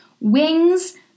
wings